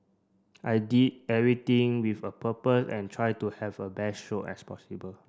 I did everything with a purpose and try to have a best stroke as possible